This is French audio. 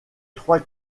trois